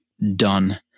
done